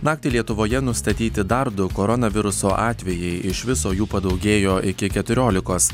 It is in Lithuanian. naktį lietuvoje nustatyti dar du koronaviruso atvejai iš viso jų padaugėjo iki keturiolikos